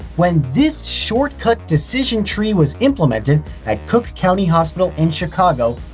when this shortcut decision tree was implemented at cook county hospital in chicago,